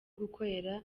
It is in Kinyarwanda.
gukorera